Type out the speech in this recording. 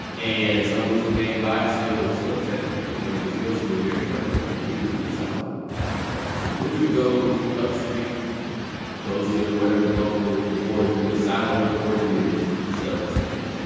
and some booster came by yeah well what's it gonna take you know to get you go school here and he's like well i need this new silo so the booster goes up the street goes to ah whatever the local emporium the silo emporium is to sell these things.